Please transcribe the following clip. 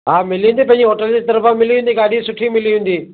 हा मिली वेंदी पंहिंजी होटल जी तरफ़ा मिली वेंदी गाॾी सुठी मिली वेंदी